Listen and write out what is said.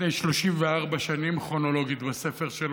אנשים שרוצים לחנך ולא מחנכים לספק.